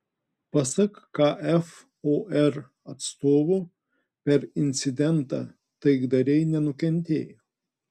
pasak kfor atstovo per incidentą taikdariai nenukentėjo